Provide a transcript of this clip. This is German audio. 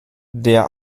der